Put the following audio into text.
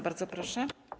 Bardzo proszę.